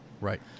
right